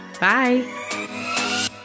Bye